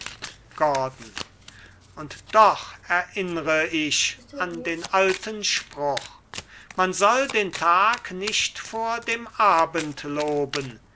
gordon und doch erinnr ich an den alten spruch man soll den tag nicht vor dem abend loben